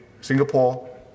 Singapore